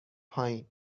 پایین